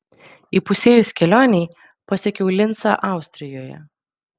įpusėjus kelionei pasiekiau lincą austrijoje